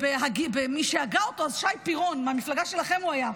מי שהגה אותו אז, שי פירון, מהמפלגה שלכם היה,